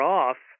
off